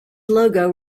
logo